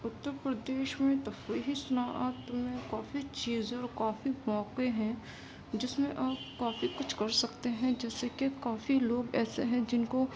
اتر پردیش میں تفریحی صنعات میں کافی چیزیں اور کافی موقعے ہیں جس میں آپ کافی کچھ کر سکتے ہیں جیسے کہ کافی لوگ ایسے ہیں جن کو